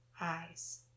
eyes